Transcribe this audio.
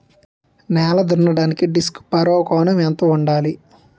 నేల దున్నడానికి disc furrow కోణం ఎంత ఉండాలి?